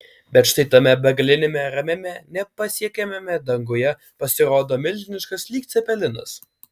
bet štai tame begaliniame ramiame nepasiekiamame danguje pasirodo milžiniškas lyg cepelinas